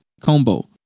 combo